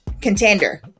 contender